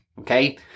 okay